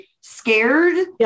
scared